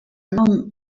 non